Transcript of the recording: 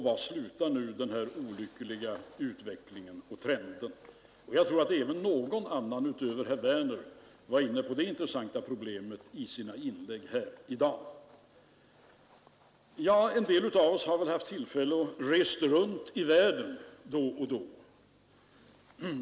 Var slutar nu den här olyckliga utvecklingen eller trenden? Jag tror att även någon annan talare var inne på det intressanta problemet i sitt inlägg här i dag. En del av oss har väl haft tillfälle att resa runt i världen då och då.